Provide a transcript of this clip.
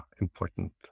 important